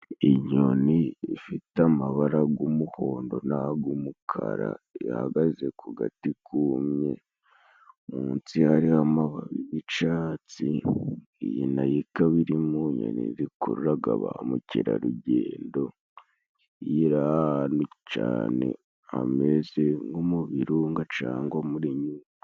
Inyoni ifite amabara g'umuhondo n'ag'umukara. Ihagaze ku gati kumye, munsi hariho amababi y'icatsi. Iyi na yo ikaba iri mu nyoni zikururaga ba mukerarugendo, iyo iri ahantu cyane hameze nko mu birunga cangwa muri Nyungwe.